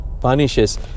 punishes